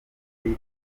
bita